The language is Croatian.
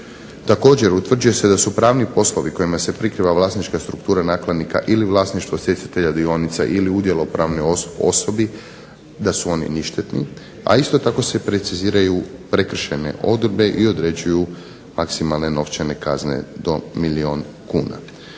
Također, utvrđuje se da su pravni poslovi kojima se prikriva vlasnička strukture nakladnika ili vlasništvo stjecatelja dionica ili udjela u pravnoj osobi, da su oni ništetni, a isto tako se preciziraju prekršajne odredbe i određuju maksimalne novčane kazne do milijun kuna.